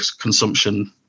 consumption